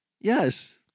Yes